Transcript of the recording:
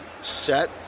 set